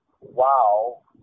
WoW